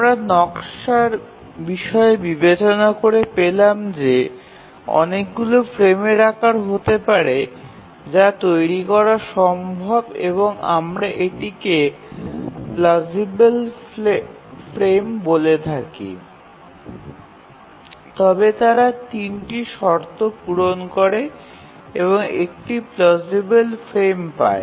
আমরা নকশার বিষয়ে বিবেচনা করে পেলাম যে অনেকগুলি ফ্রেমের আকার হতে পারে যা তৈরি করা সম্ভব এবং আমরা এটিকে প্লাজিবেল ফ্রেম বলে থাকি তবে তারা ৩টি শর্ত পূরণ করে এবং একটি প্লাজিবেল ফ্রেম পায়